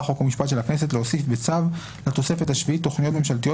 חוק ומשפט של הכנסת להוסיף בצו לתוספת השביעית תכניות ממשלתיות